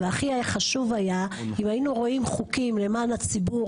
והכי היה חשוב היה ,אם היינו רואים חוקים למען הציבור,